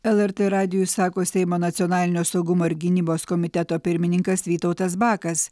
lrt radijui sako seimo nacionalinio saugumo ir gynybos komiteto pirmininkas vytautas bakas